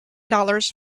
dollars